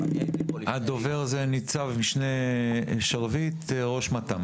הדובר זה ניצב משנה שרביט, ראש מת״מ.